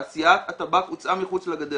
תעשיית הטבק הוצאה מחוץ לגדר